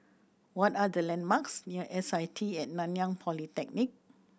what are the landmarks near S I T and Nanyang Polytechnic